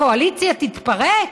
הקואליציה תתפרק?